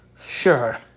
Sure